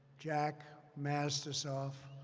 jack matisoff,